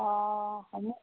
অঁ হয় নি